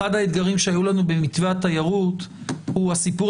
אחד האתגרים שהיו לנו במתווה התיירות הוא הסיפור